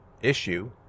issue